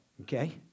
Okay